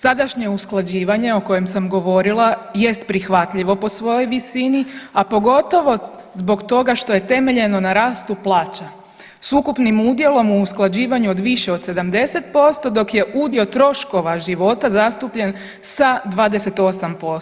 Sadašnje usklađivanje o kojem sam govorila jest prihvatljivo po svojoj visini, a pogotovo zbog toga što je temeljeno na rastu plaća s ukupnim udjelom u usklađivanju od više od 70%, dok je udio troškova života zastupljen sa 28%